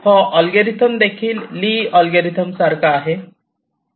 हा अल्गोरिदम देखील Lee algorithm सारखा आहे